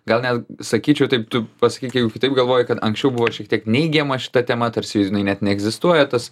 gal net sakyčiau taip tu pasakyk jeigu kitaip galvoji kad anksčiau buvo šiek tiek neigiama šita tema tarsi jinai net neegzistuoja tas